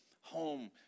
home